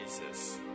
jesus